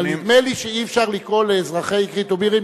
אבל נדמה לי שאי-אפשר לקרוא לאזרחי אקרית ובירעם,